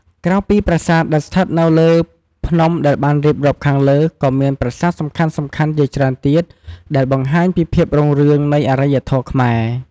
ក្រៅពីប្រាសាទដែលស្ថិតនៅលើភ្នំដែលបានរៀបរាប់ខាងលើ ក៏មានប្រាសាទសំខាន់ៗជាច្រើនទៀតដែលបង្ហាញពីភាពរុងរឿងនៃអរិយធម៌ខ្មែរ។